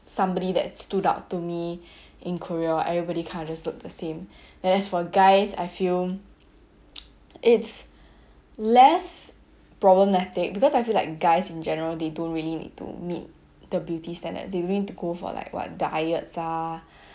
somebody that stood out to me in korea everybody kind of just look the same then as for guys I feel it's less problematic because I feel like guys in general they don't really need to meet the beauty standards they don't need to go for like what diets ah